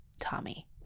tommy